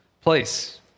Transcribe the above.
place